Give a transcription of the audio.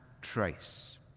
trace